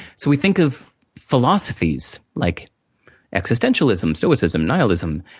so, we think of philosophies, like existentialism, stoicism, nihilism.